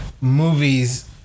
movies